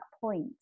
point